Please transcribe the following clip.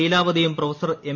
ലീലാവതിയും professor M